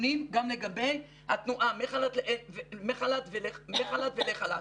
נתונים גם לגבי התנועה מחל"ת ולחל"ת.